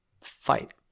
fight